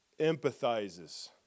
empathizes